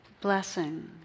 blessing